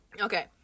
Okay